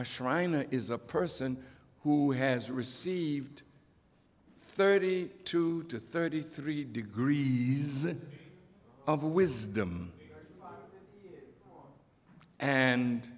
a shrine a is a person who has received thirty two to thirty three degrees of wisdom and